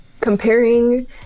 comparing